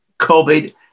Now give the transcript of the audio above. COVID